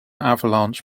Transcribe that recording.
avalanche